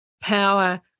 power